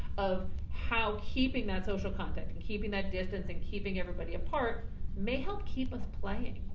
of how keeping that social contact and keeping that distance and keeping everybody apart may help keep us playing.